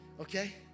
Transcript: okay